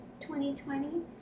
2020